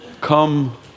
come